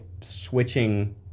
switching